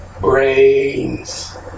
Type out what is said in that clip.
Brains